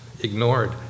ignored